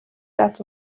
that